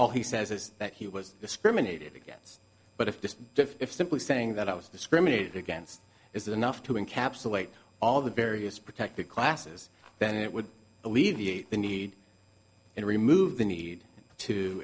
all he says is that he was discriminated against but if the diff simply saying that i was discriminated against is that enough to encapsulate all the various protected classes then it would alleviate the need to remove the need to